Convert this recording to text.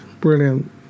brilliant